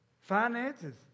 Finances